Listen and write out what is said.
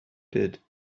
did